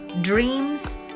dreams